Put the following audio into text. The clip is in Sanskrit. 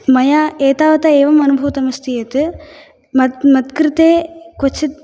मया एतावता एवम् अनुभूतमस्ति यत् मत् मत्कृते क्वचित्